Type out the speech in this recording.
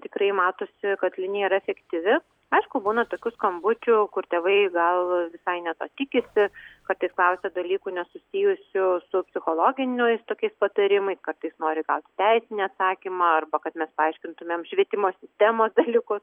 tikrai matosi kad linija yra efektyvi aišku būna tokių skambučių kur tėvai gal visai ne to tikisi kartais klausia dalykų nesusijusių su psichologiniais tokiais patarimais kartais nori gauti teisinį atsakymą arba kad mes paaiškintumėm švietimo sistemos dalykus